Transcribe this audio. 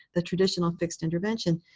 the traditional fixed intervention.